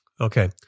Okay